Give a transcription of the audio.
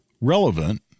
relevant